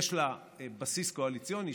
יש לה בסיס קואליציוני,